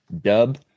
Dub